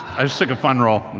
i just took a fun roll,